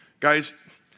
Guys